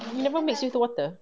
you never mix with water